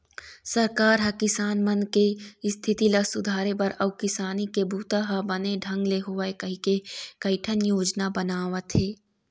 सरकार ह किसान मन के इस्थिति ल सुधारे बर अउ किसानी के बूता ह बने ढंग ले होवय कहिके कइठन योजना बनावत हे